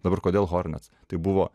dabar kodėl hornets tai buvo